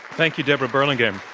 thank you, debra burlingame.